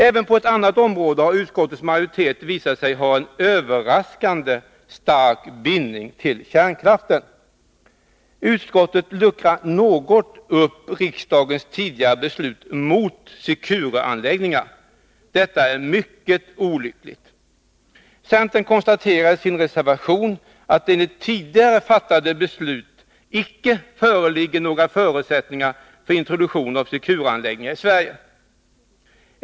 Även på ett annat område har utskottets majoritet visat sig ha en överraskande stark bindning till kärnkraften. Utskottet luckrar något upp riksdagens tidigare uttalanden mot Secureanläggningar. Detta är mycket olyckligt. Centern konstaterar i sin reservation, att det enligt tidigare fattade beslut icke föreligger några förutsättningar för introduktion av Secureanläggningar i Sverige.